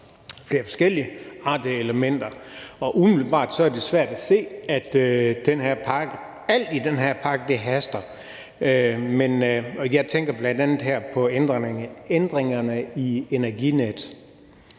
flere forskelligartede elementer, og umiddelbart er det svært at se, at alt i den her pakke haster, og jeg tænker her bl.a. på ændringerne i Energinet.